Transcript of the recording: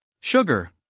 sugar